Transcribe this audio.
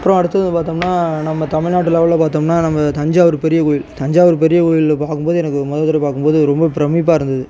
அப்புறம் அடுத்தது பார்த்தோம்ன்னா நம்ம தமிழ்நாட்டு லெவலில் பார்த்தோம்ன்னா நம்ம தஞ்சாவூர் பெரியக்கோயில் தஞ்சாவூர் பெரிய கோயிலை பார்க்கும்போது எனக்கு முத தடவை பார்க்கும்போது ரொம்ப பிரம்மிப்பாக இருந்துது